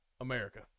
America